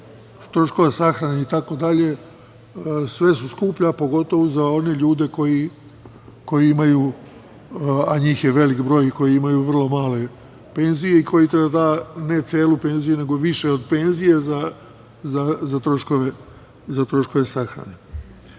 troškova sahrane sve su skuplje, pogotovo za one ljude, a njih je veliki broj, koji imaju vrlo male penzije i koji treba ne celu penziju, nego više od penzije za troškove sahrane. Hteo